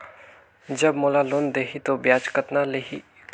जब मोला लोन देही तो ब्याज कतना लेही?